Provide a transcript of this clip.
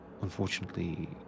unfortunately